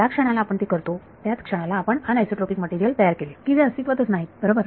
ज्या क्षणाला आपण ते करतो त्याच क्षणाला आपण अन्आयसोट्रॉपिक मटेरियल तयार केले की जे अस्तित्वातच नाहीत बरोबर